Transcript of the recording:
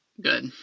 good